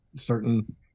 certain